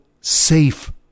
safe